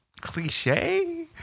cliche